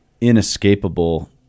inescapable